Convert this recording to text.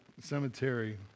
cemetery